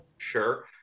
Sure